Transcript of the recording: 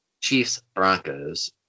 Chiefs-Broncos